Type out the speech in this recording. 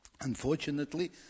Unfortunately